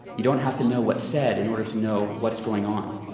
you don't have to know what's said in order to know what's going on.